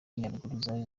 nyaruguru